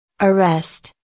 Arrest